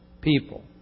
people